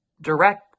direct